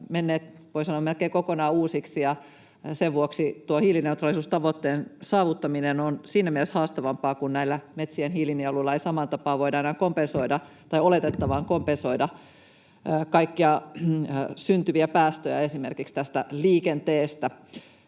sanoa, melkein kokonaan uusiksi, ja sen vuoksi tuo hiilineutraalisuustavoitteen saavuttaminen on siinä mielessä haastavampaa, kun näillä metsien hiilinieluilla ei samaan tapaan voida enää olettaa kompensoitavan kaikkia syntyviä päästöjä esimerkiksi liikenteestä.